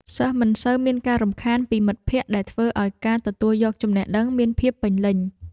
សិស្សមិនសូវមានការរំខានពីមិត្តភក្តិដែលធ្វើឱ្យការទទួលយកចំណេះដឹងមានភាពពេញលេញ។